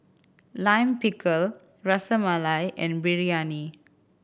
Lime Pickle Ras Malai and Biryani